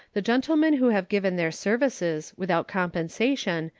the gentlemen who have given their services, without compensation,